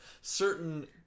Certain